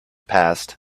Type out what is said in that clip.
passed